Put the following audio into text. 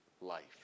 life